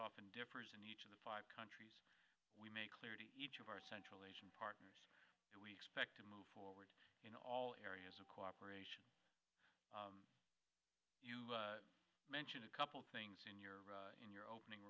often differs in each of the five countries we make clear to each of our central asian partners and we expect to move forward in all areas of cooperation you mentioned a couple of things in your in your opening